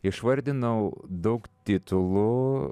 išvardinau daug titulų